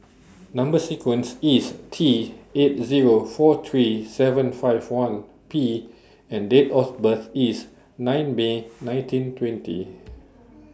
Number sequence IS T eight Zero four three seven five one P and Date of birth IS nine May nineteen twenty